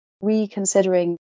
reconsidering